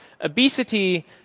Obesity